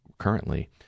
currently